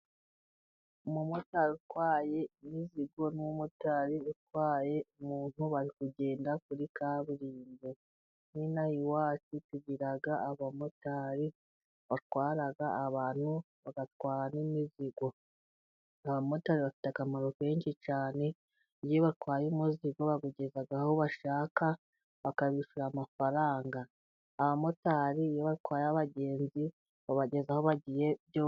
Umumotari utwaye imizigo n'umumotari utwaye umuntu bari kugenda kuri kaburimbo. N'inaha iwacu tugira abamotari batwara abantu, bagatwara imizigo, abamotari bafite akamaro kenshi cyane iyo batwaye umuzigo bawugeza aho bashaka bakabishyura amafaranga, abamotari iyo batwaye abagenzi babageza aho bagiye byo...